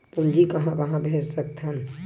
पूंजी कहां कहा भेज सकथन?